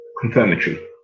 Confirmatory